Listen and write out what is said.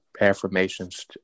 affirmations